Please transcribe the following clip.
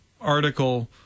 article